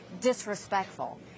disrespectful